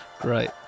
Great